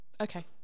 Okay